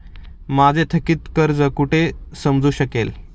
माझे थकीत कर्ज कुठे समजू शकेल?